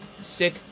sick